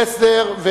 יוחנן פלסנר,